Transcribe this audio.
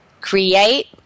create